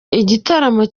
igitaramo